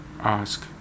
ask